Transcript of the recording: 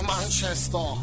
Manchester